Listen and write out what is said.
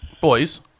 Boys